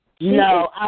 No